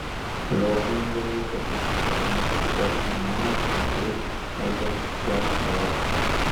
žodžiai jungiami į paprastus sakinukus tarkim mama ateik arba čia au